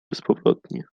bezpowrotnie